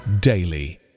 daily